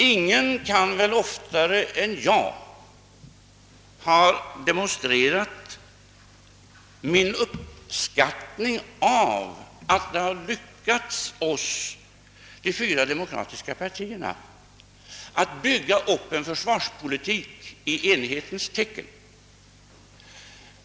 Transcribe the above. Ingen har oftare än jag demonstrerat sådan uppskattning av att det har lyckats oss, de fyra demokratiska partierna, att bygga upp en försvarspolitik i enighetens tecken.